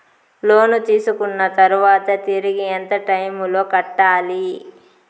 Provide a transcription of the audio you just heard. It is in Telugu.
లోను తీసుకున్న తర్వాత తిరిగి ఎంత టైములో కట్టాలి